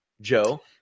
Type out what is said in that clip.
Joe